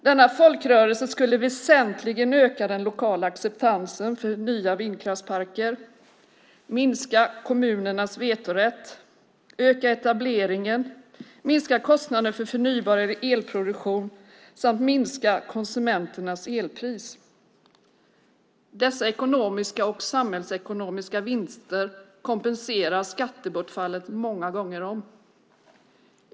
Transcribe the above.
Denna folkrörelse skulle väsentligen öka den lokala acceptansen för nya vindkraftsparker, minska kommunernas vetorätt, öka etableringen, minska kostnaden för förnybar elproduktion samt minska elpriset för konsumenterna. Dessa ekonomiska och samhällsekonomiska vinster kompenserar skattebortfallet många gånger om.